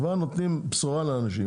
כבר נותנים בשורה לאנשים,